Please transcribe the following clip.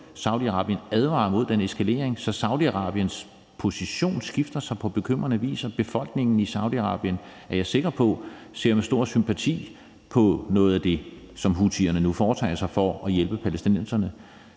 Saudi-Arabien advarer mod den eskalering. Så Saudi-Arabiens position skifter på bekymrende vis, og befolkningen i Saudi-Arabien, er jeg sikker på, ser med stor sympati på noget af det, som houthierne nu foretager sig for at hjælpe palæstinenserne.